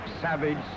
savage